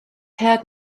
haired